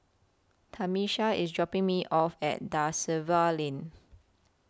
Tamisha IS dropping Me off At DA Silva Lane